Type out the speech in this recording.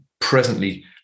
presently